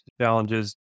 challenges